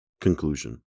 Conclusion